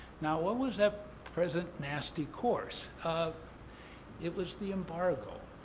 now, what was that present nasty course? um it was the embargo.